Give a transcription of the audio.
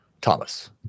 Thomas